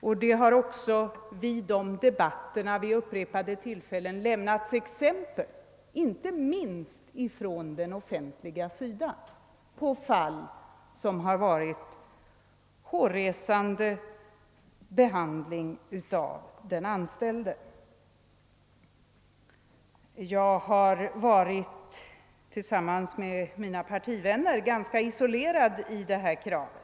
Under debatterna har även vid upprepade tillfällen lämnats exempel, inte minst från den offentliga sidan, på fall som inneburit en hårresande behandling av den anställde. Jag har tillsammans med mina partivänner varit ganska isolerad i fråga om detta krav.